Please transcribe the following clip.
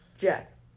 Jack